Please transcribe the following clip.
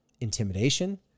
intimidation